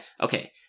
Okay